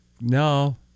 no